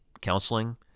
counseling